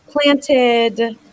planted